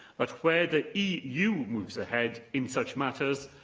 but where the eu moves ahead in such matters,